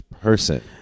person